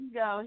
go